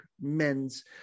men's